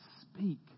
speak